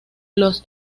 los